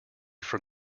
from